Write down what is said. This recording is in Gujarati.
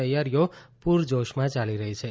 તૈયારીઓ પૂરજોશમાં યાલી રહી છે